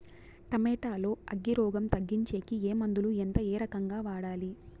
Tomato లో అగ్గి రోగం తగ్గించేకి ఏ మందులు? ఎంత? ఏ రకంగా వాడాలి?